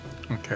Okay